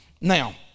now